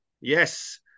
Yes